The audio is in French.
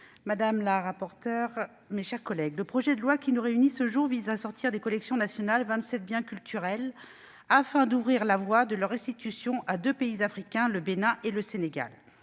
madame la ministre, mes chers collègues, le projet de loi qui nous réunit ce jour vise à sortir des collections nationales vingt-sept biens culturels, afin d'ouvrir la voie à leur restitution à deux pays africains, le Bénin et le Sénégal.